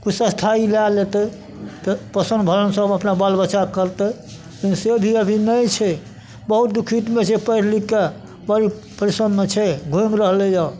किछु स्थायी लए लेतै तऽ पोषण भरण सब अपना बाल बच्चाके करतै से भी अभी नहि छै बहुत दुखीतमे छै पैढ़ लिख कऽ बहुत प्रेशरमे छै घुमि रहलैया